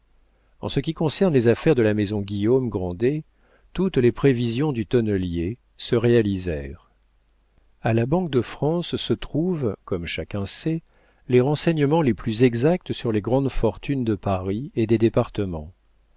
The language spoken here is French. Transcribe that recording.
en ce qui concerne les affaires de la maison guillaume grandet toutes les prévisions du tonnelier se réalisèrent a la banque de france se trouvent comme chacun sait les renseignements les plus exacts sur les grandes fortunes de paris et des départements